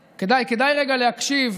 כדאי, כדאי רגע להקשיב.